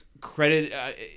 credit